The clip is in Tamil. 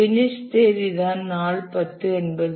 பினிஷ் தேதி தான் நாள் 10 என்பது